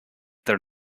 their